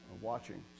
watching